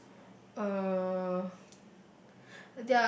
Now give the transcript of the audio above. uh